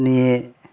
নিয়ে